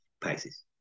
Pisces